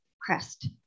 crest